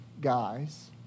guys